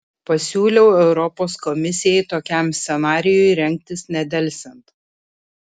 pasiūliau europos komisijai tokiam scenarijui rengtis nedelsiant